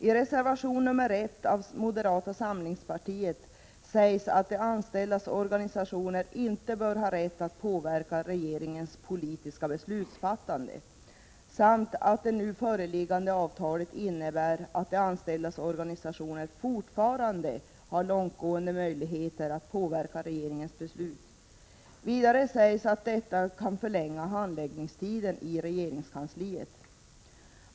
I reservation nr 1 av moderata samlingspartiet sägs att de anställdas organisationer inte bör ha rätt att påverka regeringens politiska beslutsfattande samt att det nu föreliggande avtalet innebär att de anställdas organisationer fortfarande har långtgående möjligheter att påverka regeringens beslut. Vidare sägs att detta kan förlänga handläggningstiden i regeringskansliet.